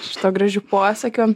šituo gražiu posakiu